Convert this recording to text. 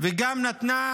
וגם נתנה